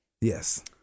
Yes